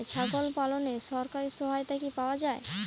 ছাগল পালনে সরকারি সহায়তা কি পাওয়া যায়?